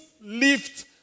lift